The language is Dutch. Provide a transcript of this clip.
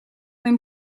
mijn